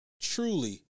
truly